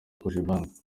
cogebanque